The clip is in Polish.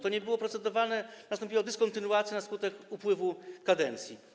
To nie było procedowane, nastąpiła dyskontynuacja na skutek upływu kadencji.